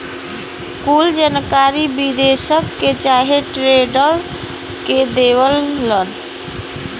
कुल जानकारी निदेशक के चाहे ट्रेडर के देवलन